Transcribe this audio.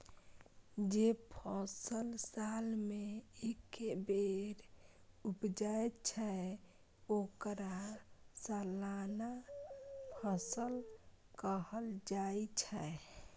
जे फसल साल मे एके बेर उपजै छै, ओकरा सालाना फसल कहल जाइ छै